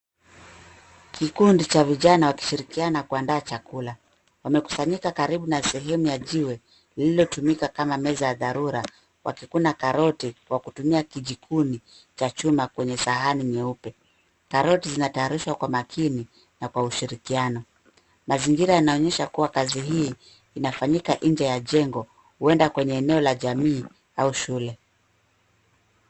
KIkundi cha vijana wakishirikiana kuaanda chakula. Wamekusanyika karibu na sehemu ya jiwe, lililotumika kama meza ya dharura, wakikuna karoti kutumia kijikuni kwenye sahani nyeupe. Karoti zinakunwa kwa makini na kwa ushirikiano. Mazingira yanaonyesha kuwa kazi hii inafanyika nje ya jengo, huenda kwenye eneo la jamii au shule.